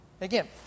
Again